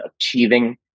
achieving